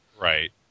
right